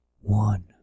one